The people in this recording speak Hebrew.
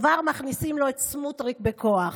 כבר מכניסים לו את סמוטריץ' בכוח,